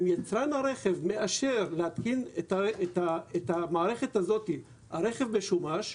אם יצרן הרכב מאשר להתקין את המערכת הזאת על רכב משומש,